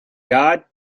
god